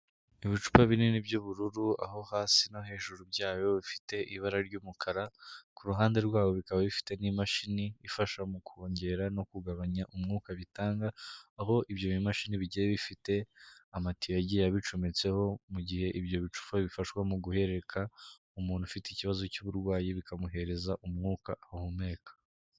Ibicupa binini by'ubururu, aho hasi no hejuru byayo bifite ibara ry'umukara, ku ruhande rwawo bikaba bifite nk'imashini ifasha mu kongera no kugabanya umwuka bitanga, aho ibyo bimashini bigiye bifite amatiyo agiye abicometseho, mu gihe ibyo bicupa bifashwa mu guhereka umuntu ufite ikibazo cy'uburwayi, bikamuhereza umwuka ahumeka.